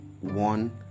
one